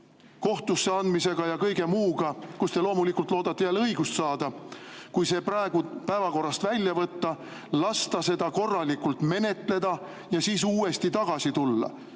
kohtusse andmise ja kõige muuga, kus te loomulikult loodate jälle õigust saada, kui see praegu päevakorrast välja võtta, lasta seda korralikult menetleda ja siis uuesti tagasi tulla.